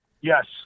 Yes